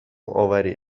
آوری